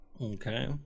Okay